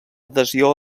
adhesió